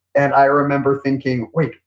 and i remember thinking, wait,